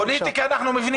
פוליטיקה אנחנו מבינים.